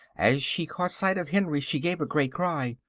as she caught sight of henry, she gave a great cry.